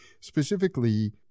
specifically